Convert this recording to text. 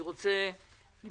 אנחנו